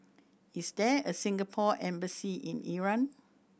is there a Singapore Embassy in Iran